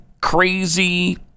crazy